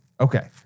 Okay